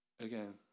Again